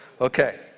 Okay